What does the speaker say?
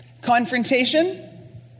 Confrontation